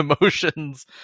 emotions